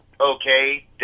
okay